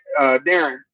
Darren